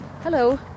Hello